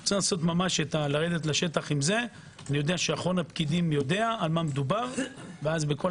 אני יודע שאחרון הפקידים יודע במה מדובר ואז בכל